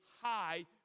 high